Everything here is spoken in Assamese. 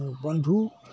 বন্ধু